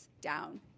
down